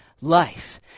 life